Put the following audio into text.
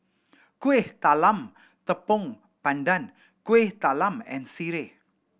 Kuih Talam Tepong Pandan Kueh Talam and sireh